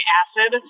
acid